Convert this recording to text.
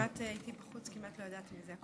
אבל אני כמעט הייתי בחוץ וכמעט לא ידעתי מזה.